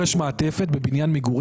נותן לו ללא שום בעיה.